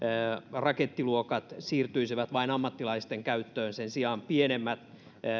rakettiluokat siirtyisivät vain ammattilaisten käyttöön sen sijaan pienemmät